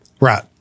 right